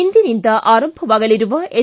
ಇಂದಿನಿಂದ ಆರಂಭವಾಗಲಿರುವ ಎಸ್